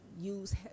use